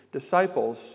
disciples